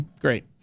great